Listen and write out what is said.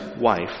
wife